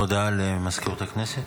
הודעה למזכירות הכנסת.